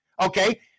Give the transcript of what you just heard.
Okay